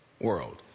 world